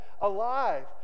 alive